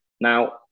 Now